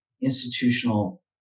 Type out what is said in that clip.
institutional